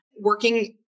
Working